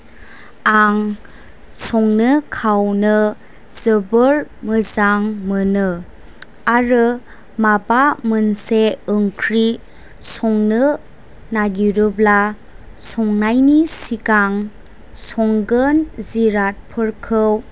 आं संनो खावनो जोबोर मोजां मोनो आरो माबा मोनसे ओंख्रि संनो नागिरोब्ला संनायनि सिगां संगोन जिरादफोरखौ